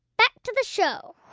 back to the show